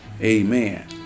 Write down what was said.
amen